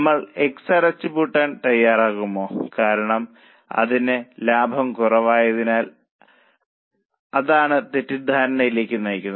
നമ്മൾ X അടച്ചുപൂട്ടാൻ പോകുമോ അതിന് ലാഭം കുറവായതിനാൽ അത് തെറ്റിദ്ധരിപ്പിക്കും